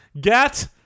Get